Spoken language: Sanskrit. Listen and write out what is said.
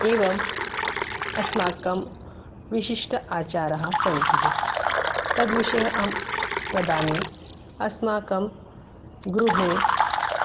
एवम् अस्माकं विशिष्टाः आचाराः सन्ति तद्विषये अहं वदामि अस्माकं गृहे